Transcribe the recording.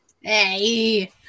Hey